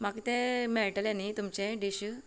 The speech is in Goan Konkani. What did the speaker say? म्हाका तें मेळटलें न्ही तुमचें डीश